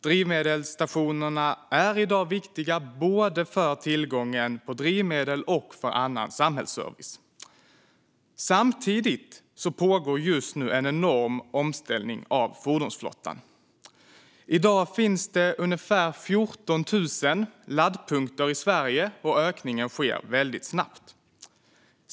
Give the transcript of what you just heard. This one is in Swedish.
Drivmedelsstationerna är i dag viktiga både för tillgången till drivmedel och för annan samhällsservice. Samtidigt pågår just nu en enorm omställning av fordonsflottan. I dag finns det ungefär 14 000 laddpunkter i Sverige, och ökningen sker väldigt snabbt.